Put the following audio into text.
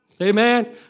Amen